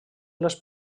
les